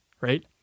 right